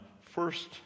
first